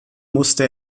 musste